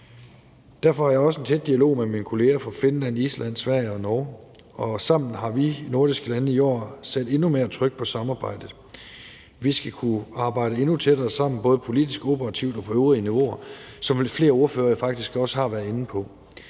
Derfor er jeg også i en tæt dialog med mine kolleger fra Finland, Island, Sverige og Norge, og sammen har vi nordiske lande i år sat endnu mere tryk på samarbejdet. Vi skal kunne arbejde endnu tættere sammen både politisk, operativt og på øvrige niveauer, som flere ordførere faktisk også har været inde på.